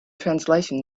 translation